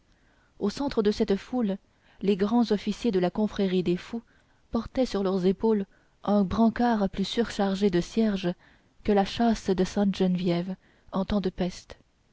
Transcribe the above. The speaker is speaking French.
au centre de cette foule les grands officiers de la confrérie des fous portaient sur leurs épaules un brancard plus surchargé de cierges que la châsse de sainte-geneviève en temps de peste